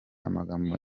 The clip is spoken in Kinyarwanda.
amagambo